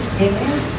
Amen